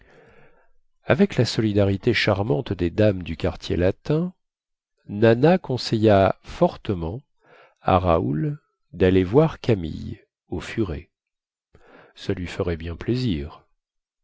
avec la solidarité charmante des dames du quartier latin nana conseilla fortement à raoul daller voir camille au furet ça lui ferait bien plaisir